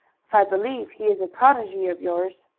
for i believe he is a protege of yours.